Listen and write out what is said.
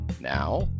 Now